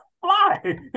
fly